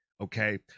Okay